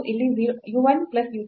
ಇಲ್ಲಿ u 1 plus u 2